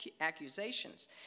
accusations